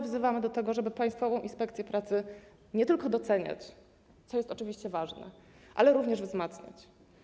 Wzywamy do tego, żeby Państwową Inspekcję Pracy nie tylko doceniać, co jest oczywiście ważne, ale również wzmacniać.